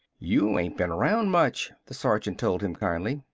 you ain't been around much, the sergeant told him kindly.